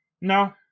No